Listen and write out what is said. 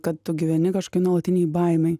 kad tu gyveni kažkokioj nuolatinėj baimėj